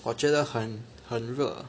我觉得很很热